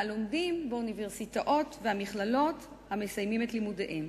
והלומדים באוניברסיטאות ובמכללות המסיימים את לימודיהם.